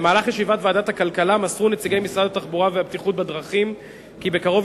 בישיבת ועדת הכלכלה מסרו נציגי משרד התחבורה והבטיחות בדרכים כי בקרוב